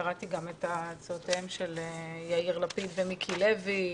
קראתי גם את הצעותיהם של יאיר לפיד ומיקי לוי.